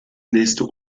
nächste